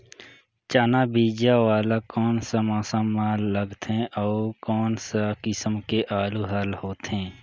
चाना बीजा वाला कोन सा मौसम म लगथे अउ कोन सा किसम के आलू हर होथे?